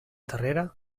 terrera